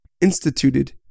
instituted